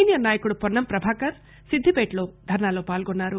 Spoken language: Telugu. సీనియర్ నాయకుడు వొన్నం ప్రభాకర్ సిద్దిపేటలో ధర్నాలో పాల్గొన్నారు